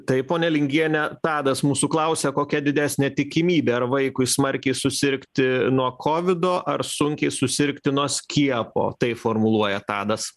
taip ponia lingiene tadas mūsų klausia kokia didesnė tikimybė ar vaikui smarkiai susirgti nuo kovido ar sunkiai susirgti nuo skiepo tai formuluoja tadas